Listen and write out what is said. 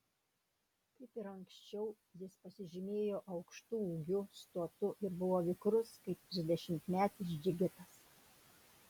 kaip ir anksčiau jis pasižymėjo aukštu ūgiu stotu ir buvo vikrus kaip trisdešimtmetis džigitas